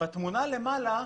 התחלנו עם הסבר התקלות ב-2 במאי.